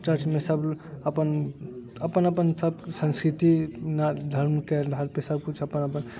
चर्चमे सभ अपन अपन सभ सन्स्कृति आ धर्मके तहत सभ किछु अपन अपन